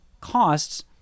costs